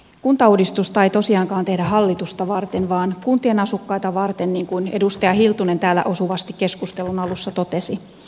kuntauudistusta ei tosiaankaan tehdä hallitusta varten vaan kuntien asukkaita varten niin kuin edustaja hiltunen täällä osuvasti keskustelun alussa totesi